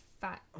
fat